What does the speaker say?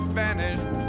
vanished